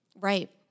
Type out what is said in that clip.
Right